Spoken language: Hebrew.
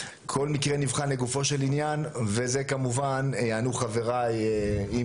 כל מקרה נבחן לגופו של עניין וזה כמובן יענו חבריי אם